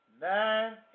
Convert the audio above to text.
nine